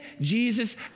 Jesus